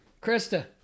Krista